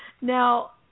Now